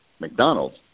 McDonald's